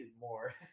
more